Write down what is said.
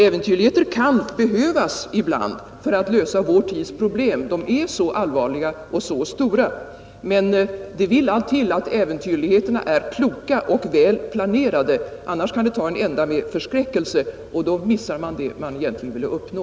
Äventyrligheter kan behövas ibland för att lösa vår tids problem — de är så allvarliga och så stora. Men det vill allt till att äventyrligheterna är kloka och väl planerade, annars kan det ta en ända med förskräckelse, och då missar man det man egentligen ville uppnå.